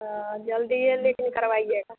हाँ जल्दीए लेकिन करवाइएगा